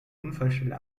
unfallstelle